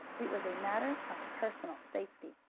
it was a matter of personal safety.